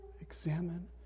Examine